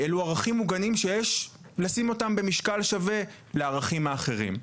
אלו ערכים מוגנים שיש לשים אותם במשקל שווה לערכים האחרים.